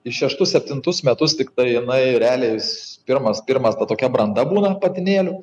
į šeštus septintus metus tiktai jinai realiai pirmas pirma ta tokia branda būna patinėlių